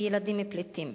וילדים פליטים.